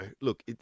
look